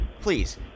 Please